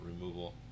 removal